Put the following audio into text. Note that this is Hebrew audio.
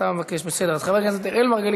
לוועדת החינוך,